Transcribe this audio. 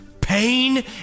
pain